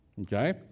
okay